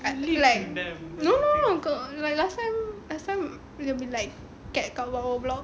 like like no no no like last time last time they'll be like cat kat bawah blok